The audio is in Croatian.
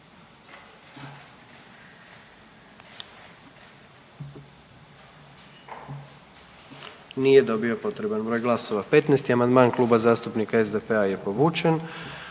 Nije dobio potreban broj glasova. 40. amandman Kluba zastupnika HSLS-a i